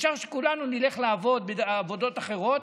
אפשר שכולנו נלך לעבוד בעבודות אחרות,